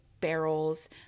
barrels